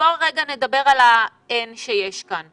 בואו רגע נדבר על ה-N שיש כאן.